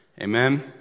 Amen